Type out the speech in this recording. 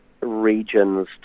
regions